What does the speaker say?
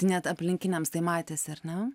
net aplinkiniams tai matėsi ar ne